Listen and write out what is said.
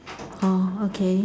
oh okay